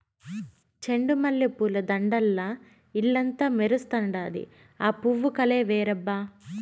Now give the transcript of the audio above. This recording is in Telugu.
చెండు మల్లె పూల దండల్ల ఇల్లంతా మెరుస్తండాది, ఆ పూవు కలే వేరబ్బా